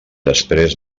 després